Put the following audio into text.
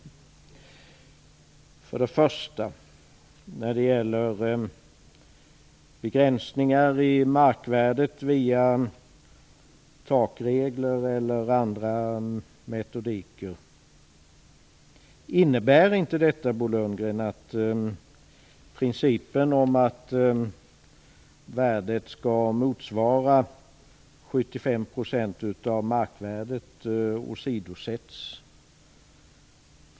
För det första. När det gäller begränsningar i markvärdet via takregler eller andra metoder vill jag fråga: Innebär inte detta, Bo Lundgren, att principen om att värdet skall motsvara 75 % av markvärdet åsidosätts?